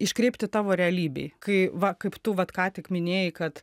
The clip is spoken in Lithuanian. iškreipti tavo realybei kai va kaip tu vat ką tik minėjai kad